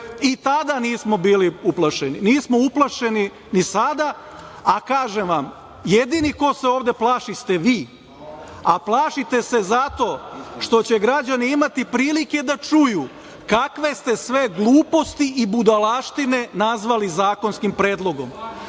I tada nismo bili uplašeni. Nismo uplašeni ni sada, a kažem vam, jedini ko se ovde plaši ste vi, a plašite se zato što će građani imati prilike da čuju kakve ste sve gluposti i budalaštine nazvali zakonskim predlogom. Kada